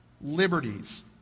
liberties